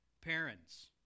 Parents